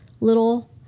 little